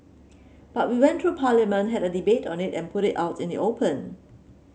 but we went through Parliament had a debate on it and put it out in the open